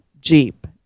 Jeep